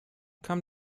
kam